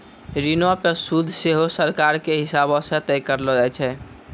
ऋणो पे सूद सेहो सरकारो के हिसाब से तय करलो जाय छै